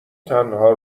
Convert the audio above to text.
تنها